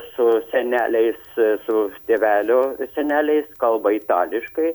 su seneliais su tėvelio seneliais kalba itališkai